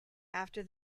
after